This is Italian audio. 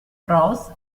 rose